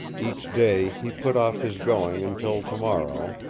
each day he put off his going until tomorrow,